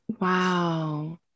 Wow